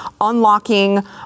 unlocking